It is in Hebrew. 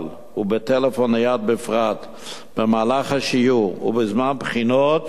ובטלפון נייד בפרט במהלך השיעור ובזמן בחינות